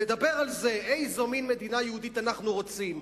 נדבר על איזה מין מדינה יהודית אנחנו רוצים,